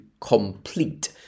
complete